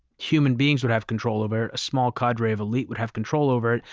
human beings would have control over, a small cadre of elite would have control over it,